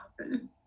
happen